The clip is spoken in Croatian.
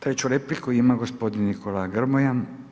Treću repliku ima gospodin Nikola Grmoja.